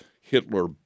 Hitler